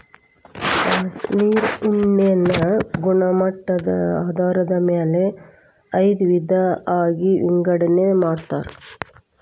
cashmere ಉಣ್ಣೆನ ಗುಣಮಟ್ಟದ ಆಧಾರದ ಮ್ಯಾಲ ಐದ ವಿಧಾ ಆಗಿ ವಿಂಗಡನೆ ಮಾಡ್ಯಾರ